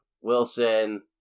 Wilson